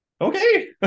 okay